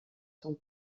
sont